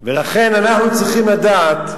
ולכן אנחנו צריכים לדעת,